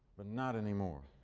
but not anymore.